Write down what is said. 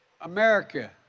America